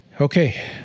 Okay